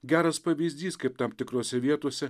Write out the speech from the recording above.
geras pavyzdys kaip tam tikrose vietose